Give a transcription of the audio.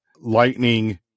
Lightning